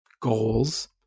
goals